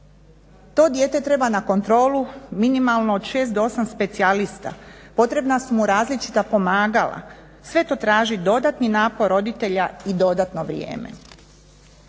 To dijete treba na kontrolu minimalno od 6 do 8 specijalista, potrebna su mu različita pomagala. Sve to traži dodatni napor roditelja i dodatno vrijeme.